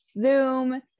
zoom